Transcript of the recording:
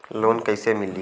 Loan कइसे मिलि?